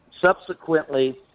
subsequently